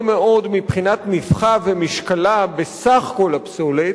מאוד מבחינת נפחה ומשקלה בסך כל הפסולת,